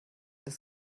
das